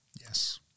Yes